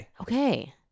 Okay